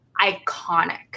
iconic